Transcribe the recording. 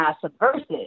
subversive